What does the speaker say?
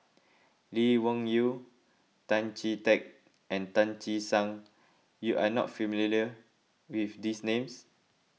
Lee Wung Yew Tan Chee Teck and Tan Che Sang you are not familiar with these names